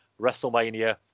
WrestleMania